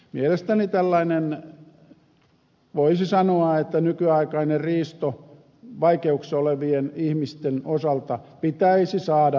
mielestäni tällainen voisi sanoa että nykyaikainen riisto vaikeuksissa olevien ihmisten osalta pitäisi saada loppumaan